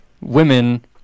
women